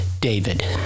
David